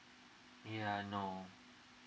yeah I know